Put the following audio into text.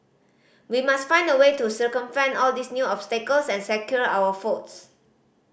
we must find a way to circumvent all these new obstacles and secure our votes